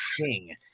king